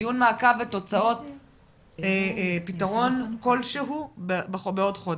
דיון מעקב ופתרון כלשהו בעוד חודש.